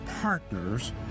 partners